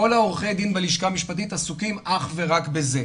כל עורכי הדין בלשכה המשפטית עסוקים אך ורק בזה.